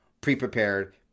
pre-prepared